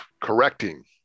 correcting